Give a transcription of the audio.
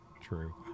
True